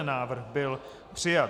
Návrh byl přijat.